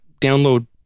download